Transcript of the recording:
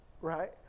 right